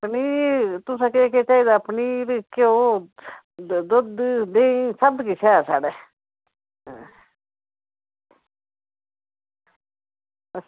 पनीर तुसें केह् केह् चाहिदा पनीर घ्यौऽ दुद्ध देहीं सबकिश ऐ साढ़ै